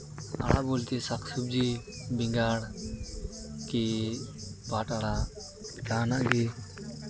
ᱥᱟᱠ ᱥᱚᱵᱽᱡᱤ ᱵᱮᱸᱜᱟᱲ ᱠᱤ ᱯᱟᱴᱷ ᱟᱲᱟᱜ ᱡᱟᱦᱟᱱᱟᱜ ᱜᱮ